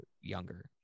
younger